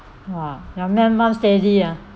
!wah! your mum steady ah